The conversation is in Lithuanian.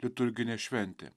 liturginė šventė